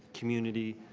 community,